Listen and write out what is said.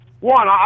one